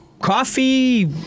coffee